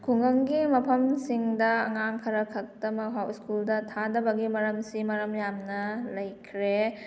ꯈꯨꯡꯒꯪꯒꯤ ꯃꯐꯝꯁꯤꯡꯗ ꯑꯉꯥꯡ ꯈꯔ ꯈꯛꯇꯃꯛ ꯁ꯭ꯀꯨꯜꯗ ꯊꯥꯗꯕꯒꯤ ꯃꯔꯝꯁꯦ ꯃꯔꯝ ꯌꯥꯝꯅ ꯂꯩꯈ꯭ꯔꯦ